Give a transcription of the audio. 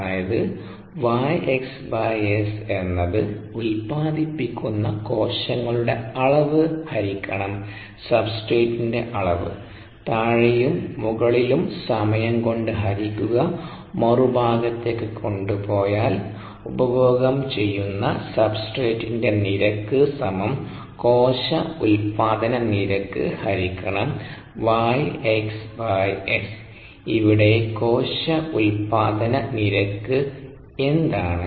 അതായതു Y x S എന്നത് ഉത്പാദിപ്പിക്കുന്ന കോശങ്ങളുടെ അളവ് ഹരിക്കണം സബ്സ്ട്രേറ്റിന്റെ അളവ് താഴെയും മുകളിലും സമയം കൊണ്ട് ഹരിക്കുകമറുഭാഗത്തേക് കൊണ്ട് പോയാൽ ഉപഭോഗം ചെയ്യുന്ന സബ്സ്ട്രടിന്റെ നിരക്ക് സമം കോശ ഉൽപാദന നിരക്ക് ഹരിക്കണം Y x S ഇവിടെ കോശ ഉൽപാദന നിരക്ക് എന്താണ്